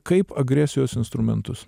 kaip agresijos instrumentus